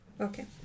okay